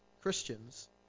Christians